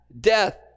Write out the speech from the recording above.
death